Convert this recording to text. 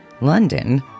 London